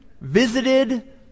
visited